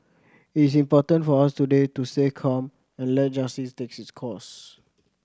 it is important for us today to stay calm and let justice take its course